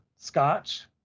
Scotch